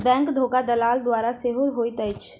bank धोखा दलाल द्वारा सेहो होइत अछि